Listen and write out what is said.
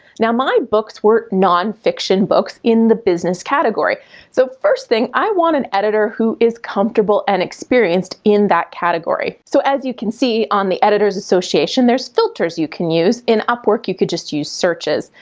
now, my books were non-fiction books in the business category so first thing, i want an editor who is comfortable and experienced in that category. so as you can see on the editor's association, there's filters you can use. in upwork, you could just use searches,